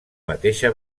mateixa